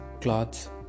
cloths